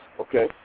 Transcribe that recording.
Okay